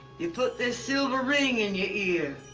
you put this silver ring in your ear. a